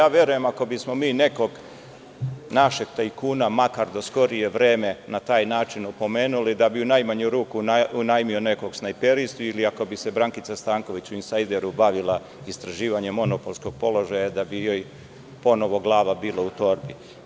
Verujem da ako bismo mi nekog našeg tajkuna, makar do skorije vreme, na taj način opomenuli, da bi u najmanju ruku unajmio nekog snajperistu, ili ako bi se Brankica Stanković u „Insajderu“ bavila istraživanjem monopolskog položaja, da bi joj ponovo glava bila u torbi.